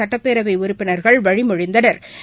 சட்டப்பேரவைஉறுப்பினா்கள் வழிமொழிந்தனா்